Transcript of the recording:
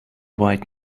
white